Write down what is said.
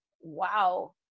wow